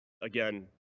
again